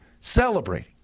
celebrating